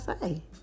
say